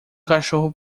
cachorro